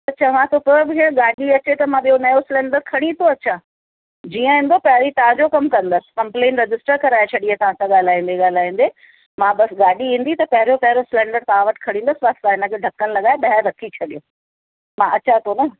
त चवां थो पियो मुंहिंजे गाॾी अचे मां ॿियो नओं सिलेंडर खणी थो अचां जीअं ईंदो पहिरीं तव्हांजो कमु कंदुसि कमप्लेन रजिस्टर कराए छॾी आहे तव्हां सां ॻाल्हाईंदे ॻाल्हाईंदे मां बसि गाॾी ईंदी त पहिरियों पहिरियों सिलेंडर तव्हां वटि खणी ईंदुसि बसि तव्हां हिन खे ढकणु लॻाए ॿाहिरि रखी छॾियो मां अचां थो न